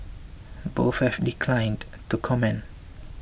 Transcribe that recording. both have declined to comment